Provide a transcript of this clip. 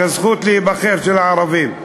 הזכות של הערבים להיבחר.